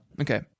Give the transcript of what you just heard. Okay